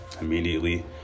immediately